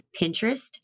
Pinterest